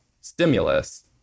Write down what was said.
stimulus